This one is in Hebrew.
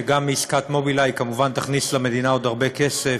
וגם עסקת "מובילאיי" תכניס למדינה עוד הרבה כסף.